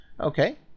Okay